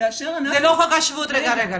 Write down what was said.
כאשר אנחנו --- זה לא חוק השבות, רגע.